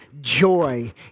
joy